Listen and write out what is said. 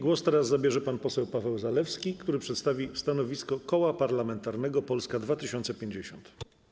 Głos teraz zabierze pan poseł Paweł Zalewski, który przedstawi stanowisko Koła Parlamentarnego Polska 2050.